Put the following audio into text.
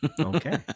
okay